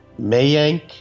Mayank